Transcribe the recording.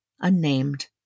unnamed